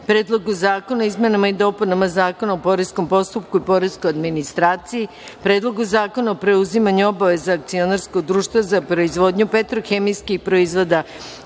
Predlogu zakona o izmenama i dopunama Zakona o poreskom postupku i poreskoj administraciji, Predlogu zakona o preuzimanju obaveza akcionarskog društva za proizvodnju petrohemijskih proizvoda,